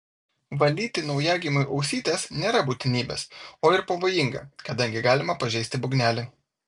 valyti naujagimiui ausytes nėra būtinybės o ir pavojinga kadangi galima pažeisti būgnelį